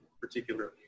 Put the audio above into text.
particularly